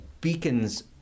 beacons